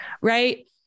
right